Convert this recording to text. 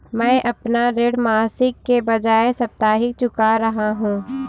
मैं अपना ऋण मासिक के बजाय साप्ताहिक चुका रहा हूँ